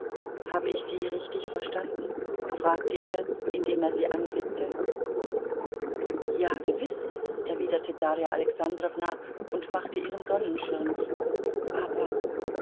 habe ich sie richtig verstanden fragte er indem er sie anblickte ja gewiß erwiderte darja alexandrowna und machte ihren sonnenschirm zu aber